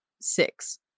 six